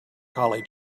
collie